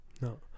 No